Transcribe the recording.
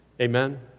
Amen